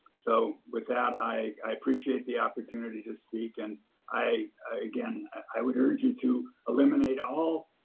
so with that, i, i appreciate the opportunity to speak and i, again, i would urge you to eliminate all